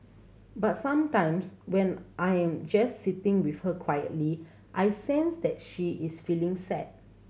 but sometimes when I am just sitting with her quietly I sense that she is feeling sad